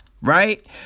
right